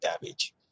damage